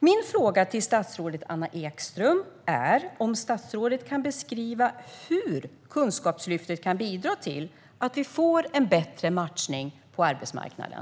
Min fråga till statsrådet Anna Ekström är: Kan statsrådet beskriva hur Kunskapslyftet kan bidra till att vi får en bättre matchning på arbetsmarknaden?